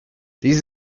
dies